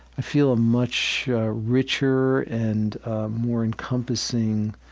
i feel a much richer and more encompassing,